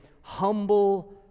humble